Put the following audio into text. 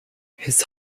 his